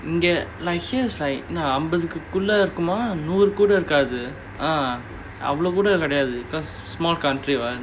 இங்க:inga like here's like அம்பது குள்ள இருக்குமா நூறு கூட இருக்காது:ambathu kulla irukkumaa nooru kuda irukkaathu ah அவ்ளோ கூட கிடையாது:avlo kuda kidaiyaathu because small country [what]